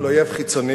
מול אויב חיצוני,